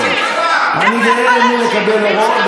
אני יודע ממי אתה מקבל הוראות.